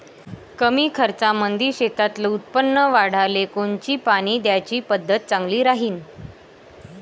कमी खर्चामंदी शेतातलं उत्पादन वाढाले कोनची पानी द्याची पद्धत चांगली राहीन?